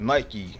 Nike